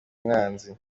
umwanzi